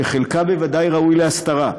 שחלקה בוודאי ראוי להסתרה,